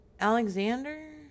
Alexander